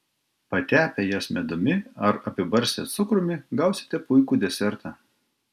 patepę jas medumi ar apibarstę cukrumi gausite puikų desertą